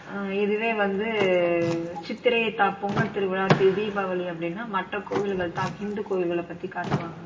இதுவே வந்து சித்தரை தா பொங்கல் திருவிழா தீ தீபாவளி அப்படின்னா மற்ற கோவில்கள் தான் ஹிந்து கோவில்களைப் பற்றிக் காட்டுவாங்க